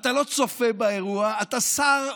אתה לא צופה באירוע, אתה שר בממשלה.